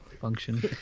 function